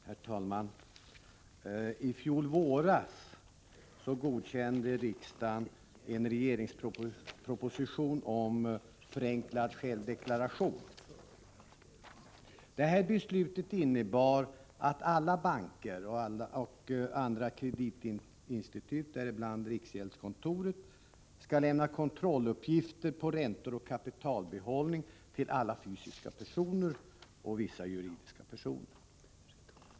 Herr talman! I fjol våras godkände riksdagen en regeringsproposition om förenklad självdeklaration. Det beslutet innebar att alla banker och andra kreditinstitut, däribland riksgäldskontoret, skall lämna kontrolluppgifter på räntor och kapitalbehållning till alla fysiska personer och vissa juridiska personer.